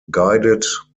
guided